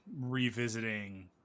revisiting